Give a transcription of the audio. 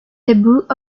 debut